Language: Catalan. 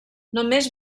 només